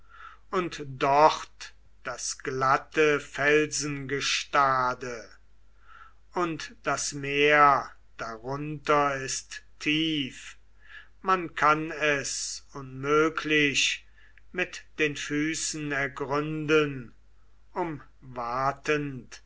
und dort das glatte felsengestade und das meer darunter ist tief man kann es unmöglich mit den füßen ergründen um